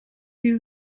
sie